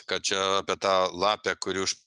kad čia apie tą lapę kuri už